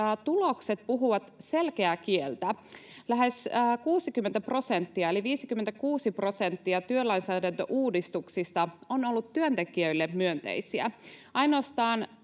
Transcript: tulokset puhuvat selkeää kieltä. Lähes 60 prosenttia eli 56 prosenttia työlainsäädäntöuudistuksista on ollut työntekijöille myönteisiä.